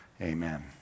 Amen